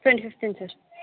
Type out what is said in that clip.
twenty fifth sir